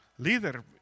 líder